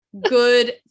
Good